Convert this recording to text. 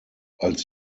als